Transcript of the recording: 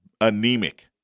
Anemic